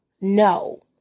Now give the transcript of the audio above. no